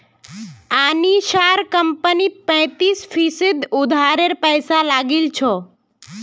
अनीशार कंपनीत पैंतीस फीसद उधारेर पैसा लागिल छ